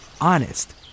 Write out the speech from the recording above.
honest